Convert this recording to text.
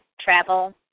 travel